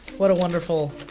what a wonderful.